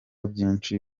byinshi